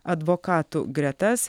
advokatų gretas